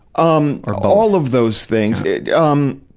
um or all of those thing did um,